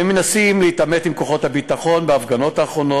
הם מנסים להתעמת עם כוחות הביטחון בהפגנות האחרונות,